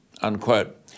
unquote